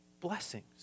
blessings